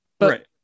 Right